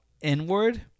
inward